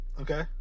Okay